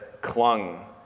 clung